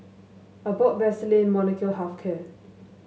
Abbott Vaselin Molnylcke Health Care